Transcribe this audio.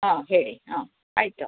ಹಾಂ ಹೇಳಿ ಹಾಂ ಆಯಿತು